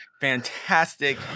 fantastic